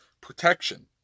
protection